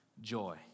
joy